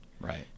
right